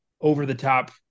over-the-top